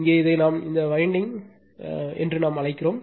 இங்கே இதை நாம் இந்த வயண்டிங் என்று நாம் அழைக்கிறோம்